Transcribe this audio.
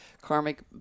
karmic